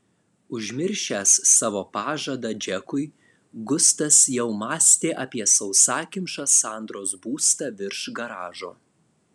užmiršęs savo pažadą džekui gustas jau mąstė apie sausakimšą sandros būstą virš garažo